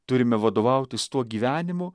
turime vadovautis tuo gyvenimu